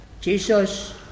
Jesus